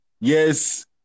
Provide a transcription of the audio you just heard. yes